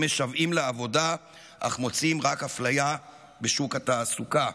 שמשוועים לעבודה אך מוצאים רק אפליה בשוק התעסוקה.